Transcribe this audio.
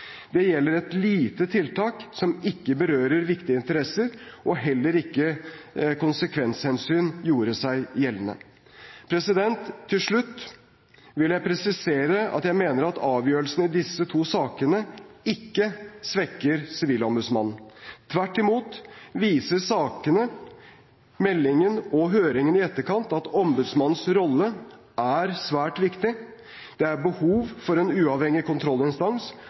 Dette gjelder et lite tiltak som ikke berører viktige interesser, og heller ikke konsekvenshensyn gjorde seg gjeldende. Til slutt vil jeg presisere at jeg mener at avgjørelsen i disse to sakene ikke svekker Sivilombudsmannen. Tvert imot viser sakene, meldingen og høringen i etterkant at ombudsmannens rolle er svært viktig. Det er behov for en uavhengig kontrollinstans